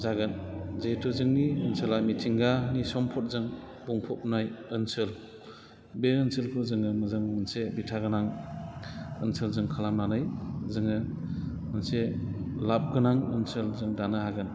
जागोन जिहेथु जोंनि ओनसोला मिथिंगानि सम्फदजों बुंफबनाय ओनसोल बे ओनसोलखौ जोङो मोजां मोनसे बिथा गोनां ओनसोलजों खालामनानै जोङो मोनसे लाभगोनां ओनसोल जों दानो हागोन